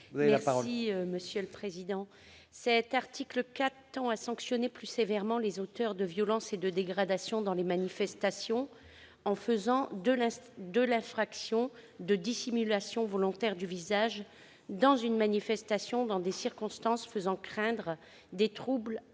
sur l'article. Cet article tend à sanctionner plus sévèrement les auteurs de violences et de dégradations dans les manifestations, en faisant de l'infraction de dissimulation volontaire du visage dans une manifestation dans des circonstances faisant craindre des troubles à